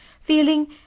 feeling